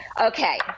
Okay